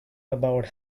about